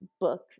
book